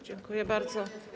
Dziękuję bardzo.